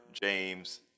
James